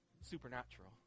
Supernatural